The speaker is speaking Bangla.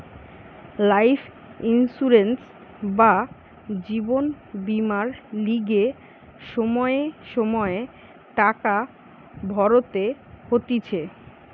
লাইফ ইন্সুরেন্স বা জীবন বীমার লিগে সময়ে সময়ে টাকা ভরতে হতিছে